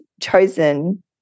chosen